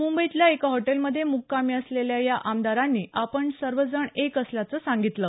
मुंबईतल्या एका हॉटेलमध्ये मुक्कामी असलेल्या या आमदारांनी आपण सर्वजण एक असल्याचं सांगितलं